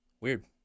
Weird